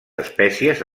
espècies